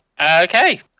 Okay